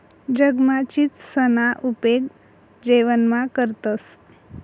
जगमा चीचसना उपेग जेवणमा करतंस